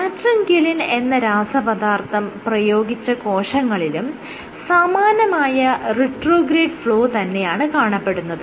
latrunculin എന്ന രാസപദാർത്ഥം പ്രയോഗിച്ച കോശങ്ങളിലും സമാനമായ റിട്രോഗ്രേഡ് ഫ്ലോ തന്നെയാണ് കാണപ്പെടുന്നത്